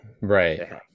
right